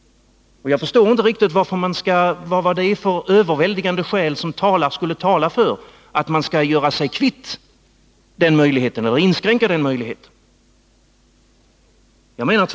Jag förstår inte riktigt vad det är för övervägande skäl som skulle tala för att man skall göra sig kvitt — eller inskränka — den möjligheten.